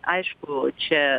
aišku čia